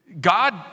God